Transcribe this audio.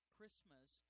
Christmas